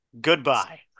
goodbye